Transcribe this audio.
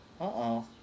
Uh-oh